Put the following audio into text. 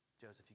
Joseph